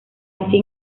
así